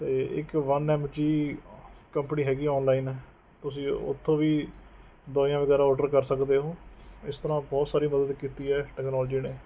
ਅਤੇ ਇੱਕ one M G company ਹੈਗੀ ਹੈ ਔਨਲਾਈਨ ਤੁਸੀਂ ਉਥੋਂ ਵੀ ਦਵਾਈਆਂ ਵਗੈਰਾ ਔਡਰ ਕਰ ਸਕਦੇ ਹੋ ਇਸ ਤਰ੍ਹਾਂ ਬਹੁਤ ਸਾਰੀ ਮਦਦ ਕੀਤੀ ਹੈ ਟੈਕਨੋਲਜੀ ਨੇ